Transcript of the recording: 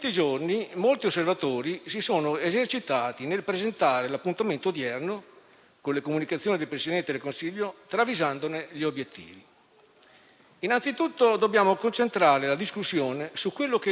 Innanzitutto dobbiamo concentrare la discussione sul vero tema del Consiglio europeo, ovvero arrivare in tempi rapidi allo sblocco delle risorse del *recovery fund*, fondamentali per il rilancio del Paese.